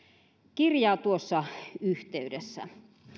kirjaa tuossa yhteydessä